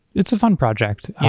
it's a fun project.